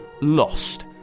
lost